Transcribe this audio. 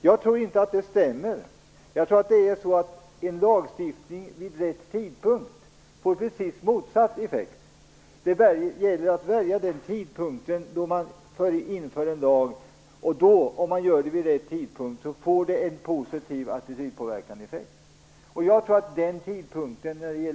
Jag tror inte att det stämmer. Jag tror att en lagstiftning vid rätt tidpunkt får precis motsatt effekt. Det gäller att välja en tidpunkt för att införa en lag. Om det görs vid rätt tidpunkt, får det en positiv effekt på attityden. När det gäller tobaken tror jag att den tidpunkten är just nu.